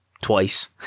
twice